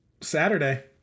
Saturday